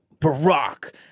barack